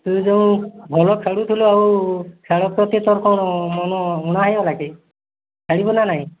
ସେ ଯେଉଁ ଭଲ ଖେଳୁଥିଲ ଆଉ ଖେଳ ପ୍ରତି ତୋର କ'ଣ ମନ ଉଣା ହୋଇଗଲା କି ଖେଳିବ ନା ନାହିଁ